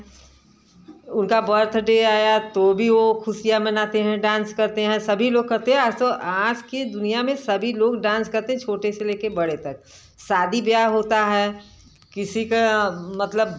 उनका बर्थडै आया तो भी वे खुशियाँ मनाते हैं डांस करते हैं सभी लोग करते हैं असो आज के दुनिया में सभी लोग डांस करते हैं छोटे से ले कर बड़े तक शादी ब्याह होता है किसी का मतलब